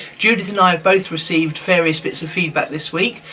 judith and i both received various bits of feedback this week,